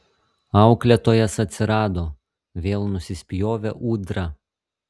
auklėtojas atsirado vėl nusispjovė ūdra